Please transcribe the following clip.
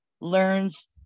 learns